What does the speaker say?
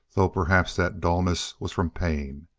though perhaps that dullness was from pain.